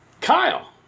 Kyle